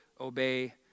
obey